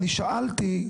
אני שאלתי,